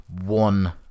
one